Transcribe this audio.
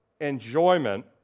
enjoyment